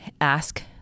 ask